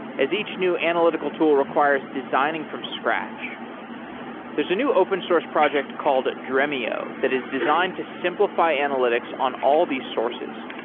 as each new analytical tool requires designing from scratch there's a new open source project called dremio that is designed to simplify analytics on all these sources.